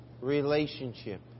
relationship